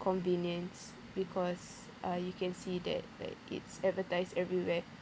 convenience because uh you can see that that it's advertised everywhere